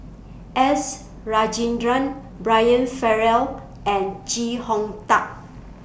S Rajendran Brian Farrell and Chee Hong Tat